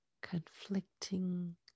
conflicting